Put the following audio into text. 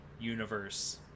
universe